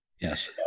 Yes